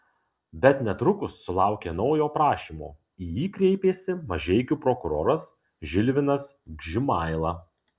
bet netrukus sulaukė naujo prašymo į jį kreipėsi mažeikių prokuroras žilvinas gžimaila